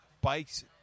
bikes